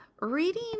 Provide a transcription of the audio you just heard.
reading